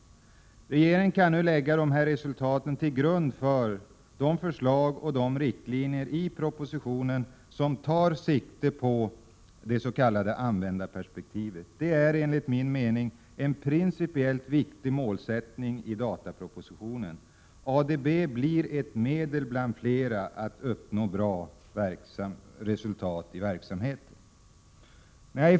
Regeringen kan nu lägga dessa resultat till grund för de förslag och de riktlinjer i propositionen som tar sikte på det s.k. användarperspektivet. Enligt min mening är det en principiellt viktig målsättning i datapropositionen. ADB blir ett medel bland flera för att uppnå bra resultat i verksamheten.